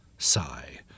Sigh